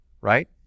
right